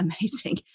amazing